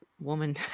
woman